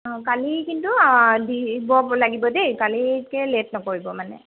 অ' কালি কিন্তু দিব লাগিব দেই কালিকৈ লেট নকৰিব মানে